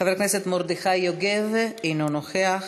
חבר הכנסת מרדכי יוגב, אינו נוכח.